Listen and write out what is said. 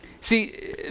See